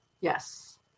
Yes